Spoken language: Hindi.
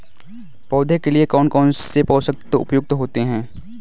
पौधे के लिए कौन कौन से पोषक तत्व उपयुक्त होते हैं?